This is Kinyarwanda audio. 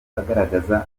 agaragaza